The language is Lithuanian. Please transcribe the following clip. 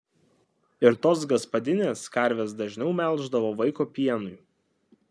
ir tos gaspadinės karves dažniau melždavo vaiko pienui